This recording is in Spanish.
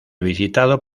visitado